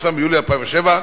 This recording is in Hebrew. שפורסם ביולי 2007,